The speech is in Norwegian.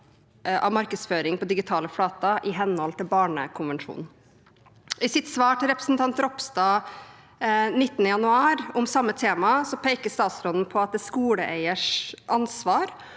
av markedsføring på digitale flater i henhold til barnekonvensjonen. I sitt svar til representanten Ropstad 19. januar om samme tema peker statsråden på at det er skoleeiers ansvar